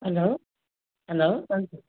hello hello